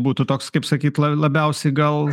būtų toks kaip sakyt la labiausiai gal